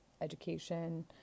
education